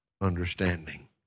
understanding